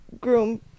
groom